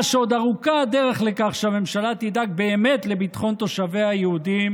שעוד ארוכה הדרך לכך שהממשלה תדאג באמת לביטחון תושביה היהודים